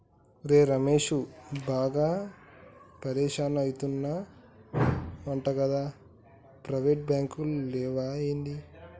ఒరే రమేశూ, బాగా పరిషాన్ అయితున్నవటగదా, ప్రైవేటు బాంకులు లేవా ఏంది